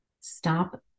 Stop